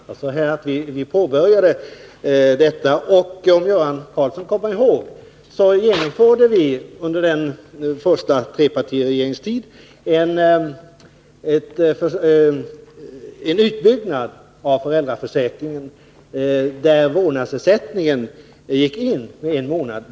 Herr talman! Jag sade att vi påbörjade detta, och Göran Karlsson kanske kommer ihåg att vi under den första trepartiregeringens tid genomförde en utbyggnad av föräldraförsäkringen, i vilken vårdnadsersättningen ingick med en månad.